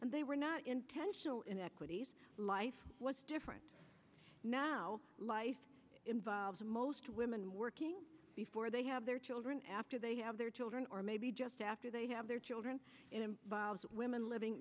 and they were not intentional inequities life was different now life involves most women working before they have their children after they have their children or maybe just after they have their by women living